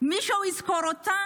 מישהו יזכור אותה?